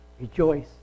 rejoice